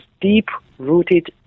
deep-rooted